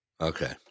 Okay